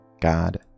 God